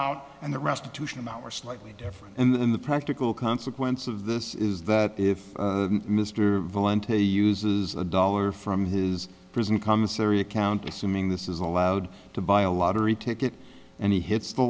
out and the restitution of our slightly different in the practical consequence of this is that if mr valenti uses a dollar from his prison commissary account assuming this is allowed to buy a lottery ticket and he hits the